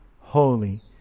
holy